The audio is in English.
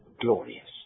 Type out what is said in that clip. glorious